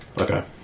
Okay